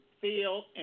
feel